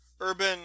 urban